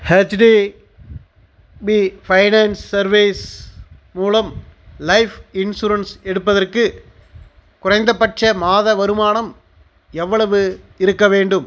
HDB finance service மூலம் life insurance எடுப்பதற்கு குறைந்தபட்ச மாத வருமானம் எவ்வளவு இருக்க வேண்டும்